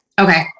Okay